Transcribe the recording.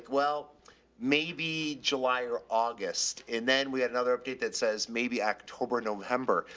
well maybe july or august. and then we had another update that says maybe october, november.